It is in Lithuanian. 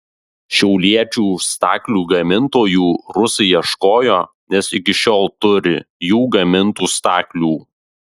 šiauliečių staklių gamintojų rusai ieškojo nes iki šiol turi jų gamintų staklių